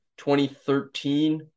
2013